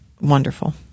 wonderful